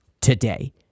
today